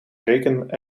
reken